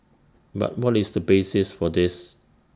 but what is the basis for this